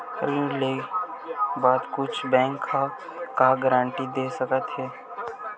ऋण लेके बाद कुछु बैंक ह का गारेंटी दे सकत हे?